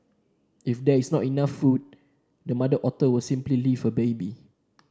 if there is not enough food the mother otter will simply leave her baby